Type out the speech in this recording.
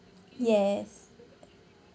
yes